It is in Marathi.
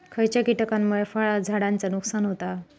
खयच्या किटकांमुळे फळझाडांचा नुकसान होता?